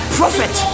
prophet